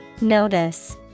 Notice